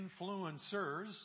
influencers